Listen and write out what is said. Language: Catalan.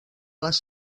les